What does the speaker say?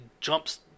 jumps